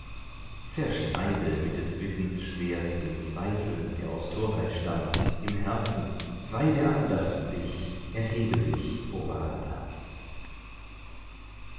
zerschneide mit des wissens schwert den zweifel der aus torheit stammt im herzen weih der andacht dich erhebe dich